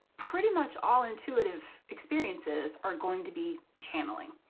pretty much all intuitive experiences are going to be channeling.